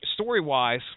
Story-wise